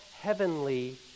heavenly